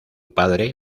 padre